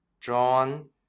John